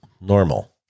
normal